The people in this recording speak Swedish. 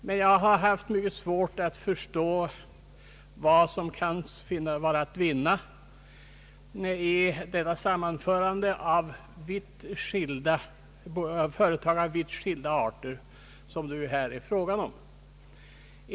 Det har emellertid varit svårt att förstå vad som skulle vara att vinna genom detta sammanförande av företag av vitt skilda arter, som här är fråga om.